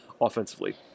offensively